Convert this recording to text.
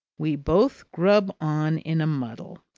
we both grub on in a muddle.